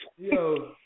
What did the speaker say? Yo